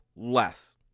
Less